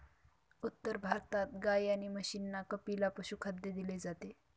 उत्तर भारतात गाई आणि म्हशींना कपिला पशुखाद्य दिले जाते